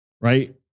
right